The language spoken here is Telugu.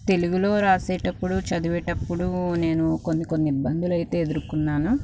తెలుగులో వ్రాసేటప్పుడు చదివేటప్పుడు నేను కొన్ని కొన్ని ఇబ్బందులు అయితే ఎదుర్కొన్నాను